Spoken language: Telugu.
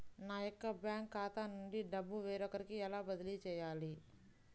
నా యొక్క బ్యాంకు ఖాతా నుండి డబ్బు వేరొకరికి ఎలా బదిలీ చేయాలి?